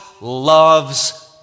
loves